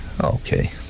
Okay